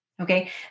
Okay